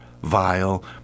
vile